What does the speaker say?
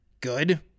good